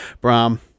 Brom